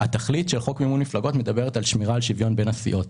התכלית של חוק מימון מפלגות מדברת על שמירה על שוויון בין הסיעות.